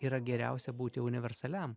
yra geriausia būti universaliam